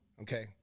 Okay